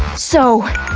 so,